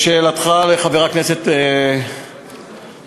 לשאלתך, חבר הכנסת גטאס,